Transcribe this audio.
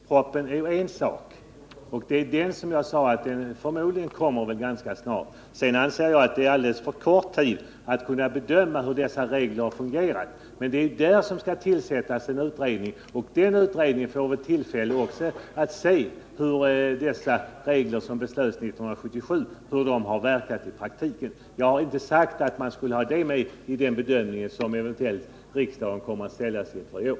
Herr talman! Företagsbeskattningspropositionen är ju en sak, och förmodligen kommer den, som sagt, ganska snart. Sedan anser jag att det har gått alldeles för kort tid för att man skall kunna bedöma hur dessa regler har fungerat. Men det är här som det skall tillsättas en utredning, och den utredningen får väl också se efter hur de regler som beslöts 1977 har verkat i praktiken. Jag har inte sagt att man skall ha denna utvärdering med i den proposition som riksdagen eventuellt kommer att ta ställning till i år.